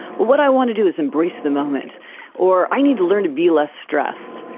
what i want to do is embrace the moment or, i need to learn to be less stressed.